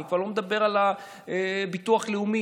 ואני כבר לא מדבר על ביטוח לאומי,